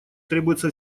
требуется